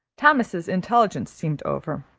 thomas's intelligence seemed over.